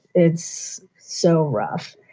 it's so rough.